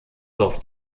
dorf